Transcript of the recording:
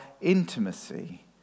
intimacy